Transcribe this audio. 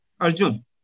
Arjun